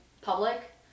public